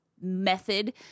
method